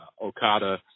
Okada